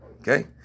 Okay